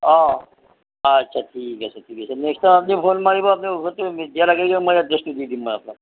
অঁ আচ্ছা ঠিক আছে ঠিক আছে নেস্ক্ট টাইম আপুনি ফোন মাৰিব আপুনি ঔষধটো দিয়াৰ লগে লগে মই এড্ৰেছটো দি দিম বাৰু আপোনাক